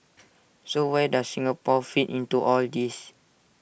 so where does Singapore fit into all this